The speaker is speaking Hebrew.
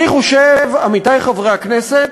אני חושב, עמיתי חברי הכנסת,